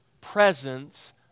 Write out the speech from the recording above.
presence